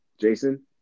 Jason